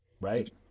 right